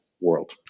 world